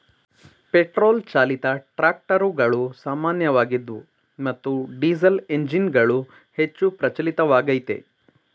petrol ಚಾಲಿತ ಟ್ರಾಕ್ಟರುಗಳು ಸಾಮಾನ್ಯವಾಗಿದ್ವು ಮತ್ತು ಡೀಸೆಲ್ಎಂಜಿನ್ಗಳು ಹೆಚ್ಚು ಪ್ರಚಲಿತವಾಗಯ್ತೆ